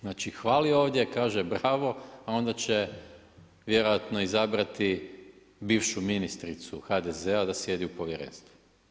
Znači, hvali ovdje, kaže bravo, a onda će vjerojatno izabrati bivšu ministricu HDZ-a da sjedi u povjerenstvu.